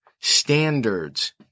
Standards